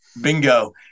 Bingo